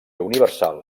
universal